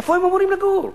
איפה הם עוברים לגור?